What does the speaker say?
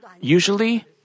usually